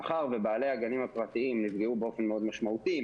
מאחר ובעלי הגנים הפרטיים נפגעו באופן מאוד משמעותי,